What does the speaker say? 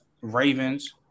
Ravens